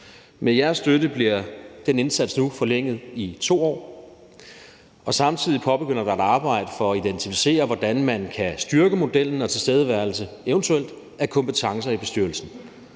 Med jeres støtte bliver den indsats nu forlænget i 2 år, og samtidig påbegynder der et arbejde for at identificere, hvordan man kan styrke modellen og tilstedeværelsen, eventuelt, af kompetencer i bestyrelsen.